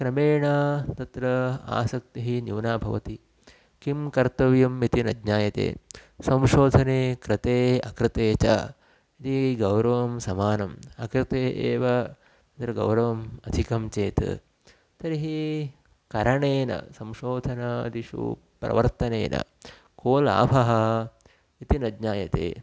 क्रमेण तत्र आसक्तिः न्यूना भवति किं कर्तव्यम् इति न ज्ञायते संशोधने कृते अकृते च यदि गौरवं समानम् अकृते एव तत्र गौरवम् अधिकं चेत् तर्हि करणेन संशोधनादिषु प्रवर्तनेन कः लाभः इति न ज्ञायते